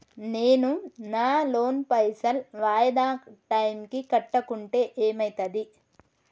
నేను నా లోన్ పైసల్ వాయిదా టైం కి కట్టకుంటే ఏమైతది?